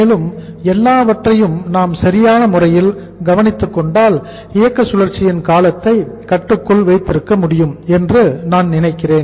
மேலும் எல்லாவற்றையும் நாம் சரியான முறையில் கவனித்துக் கொண்டால் இயக்க சுழற்சியின் காலத்தை கட்டுக்குள் வைத்திருக்க முடியும் என்று நான் நினைக்கிறேன்